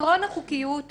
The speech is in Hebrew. עיקרון החוקיות אומר,